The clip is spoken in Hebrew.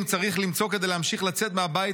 צריך למצוא כדי להמשיך לצאת מהבית,